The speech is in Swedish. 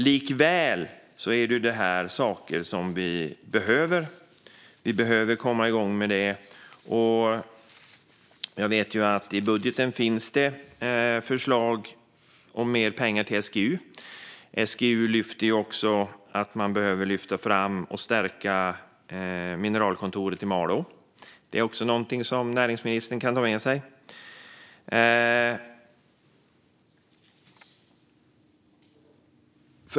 Likväl är det här saker som vi behöver. Vi behöver komma igång. Jag vet att det i budgeten finns förslag om mer pengar till SGU, som lyfter upp att Mineralinformationskontoret i Malå behöver lyftas fram och stärkas. Det kan näringsministern också ta med sig.